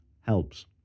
helps